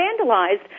vandalized